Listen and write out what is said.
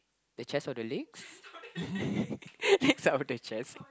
the chest of the legs leg of the chest